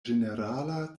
ĝenerala